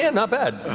and not bad.